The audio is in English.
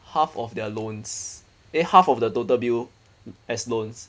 half of their loans eh half of the total bill as loans